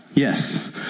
Yes